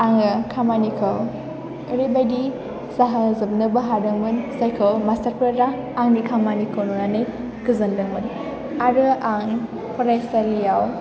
आङो खामानिखौ ओरैबायदि जाहोजोबनोबो हादोंमोन जायखौ मास्टारफोरा आंनि खामानिखौ नुनानै गोजोनदोंमोन आरो आं फरायसालियाव